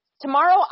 tomorrow